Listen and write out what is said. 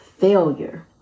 failure